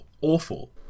awful